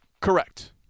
Correct